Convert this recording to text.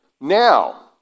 Now